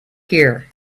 here